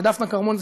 ודפנה כרמון,